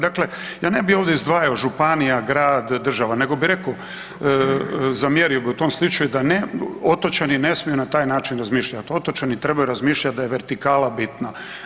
Dakle, ja ne bi ovdje izdvajao županija, grad, država nego bi reko, zamijenio bi u tom slučaju da otočani ne smiju na taj način razmišljati, otočani trebaju razmišljat da je vertikala bitna.